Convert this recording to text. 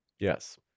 Yes